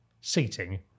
seating